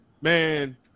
Man